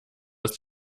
ist